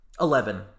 Eleven